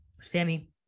Sammy